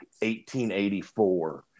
1884